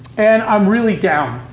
and i'm really down,